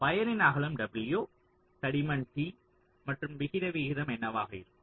வயரின் அகலம் w தடிமன் t மற்றும் விகித விகிதம் என்னவாக இருக்கும்